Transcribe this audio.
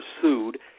pursued